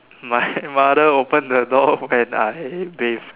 my mother open the door when I bathe